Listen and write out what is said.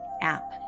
App